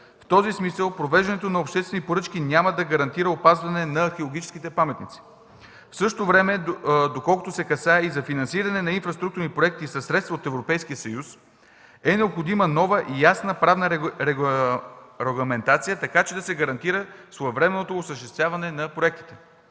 В този смисъл провеждането на обществени поръчки няма да гарантира опазване на археологическите паметници. В същото време, доколкото се касае за финансиране на инфраструктурни проекти със средства от Европейския съюз, е необходима нова и ясна правна регламентация, така че да се гарантира своевременното осъществяване на проектите.